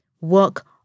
work